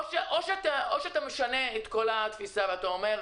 יכול להיות שאתה משנה את כל התפיסה ואתה אומר: